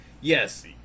Yes